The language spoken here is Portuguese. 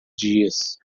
dias